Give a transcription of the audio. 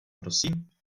prosím